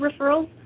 referrals